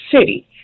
City